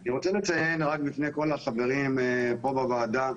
אני רוצה לציין רק בפני כל החברים פה בוועדה,